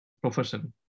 profession